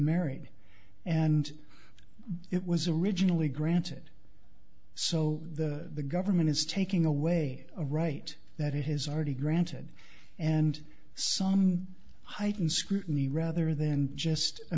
married and it was originally granted so the government is taking away a right that it has already granted and some heightened scrutiny rather than just a